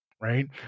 right